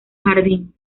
jardín